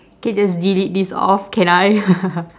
can just delete this off can I